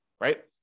right